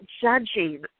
judging